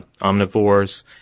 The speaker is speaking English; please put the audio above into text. omnivores